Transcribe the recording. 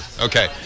Okay